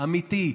אמיתי,